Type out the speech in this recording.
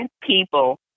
people